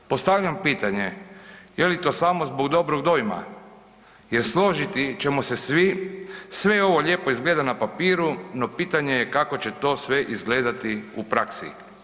Postavljam pitanje, je li to samo zbog dobrog dojma jer složiti ćemo se svi, sve ovo lijepo izgleda na papiru, no pitanje je kako će to sve izgledati u praksi.